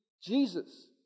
Jesus